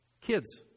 kids